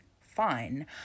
fine